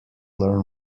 learn